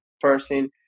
person